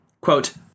Quote